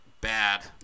bad